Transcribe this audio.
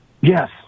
Yes